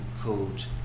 called